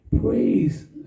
Praise